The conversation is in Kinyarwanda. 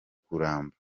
kuramba